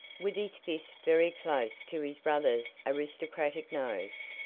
with his fist very close to his brother's aristocratic nose.